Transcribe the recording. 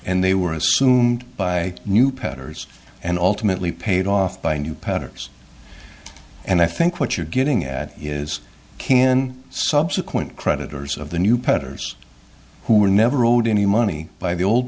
and they were assumed by new patters and ultimately paid off by new patters and i think what you're getting at is can subsequent creditors of the new putters who were never owed any money by the old